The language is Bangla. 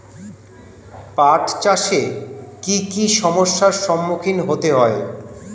পাঠ চাষে কী কী সমস্যার সম্মুখীন হতে হয়?